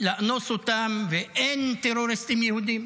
לאנוס אותם, ואין טרוריסטים יהודים.